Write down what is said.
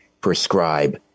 prescribe